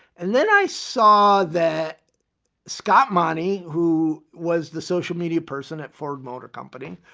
and then i saw that scott moni, who was the social media person at ford motor company,